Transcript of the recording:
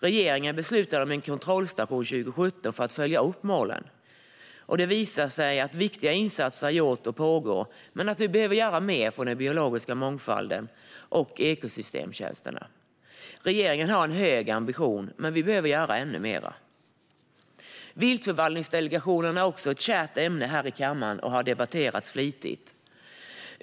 Regeringen beslutade om en kontrollstation 2017 för att följa upp målen. Viktiga insatser har gjorts och pågår, men vi behöver göra mer för den biologiska mångfalden och ekosystemtjänsterna. Regeringen har en hög ambition, men vi behöver göra ännu mer. Viltförvaltningsdelegationerna är också ett kärt ämne i kammaren, och de har debatterats flitigt.